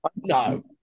No